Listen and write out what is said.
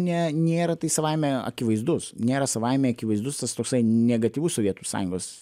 ne nėra tai savaime akivaizdus nėra savaime akivaizdus tas toksai negatyvus sovietų sąjungos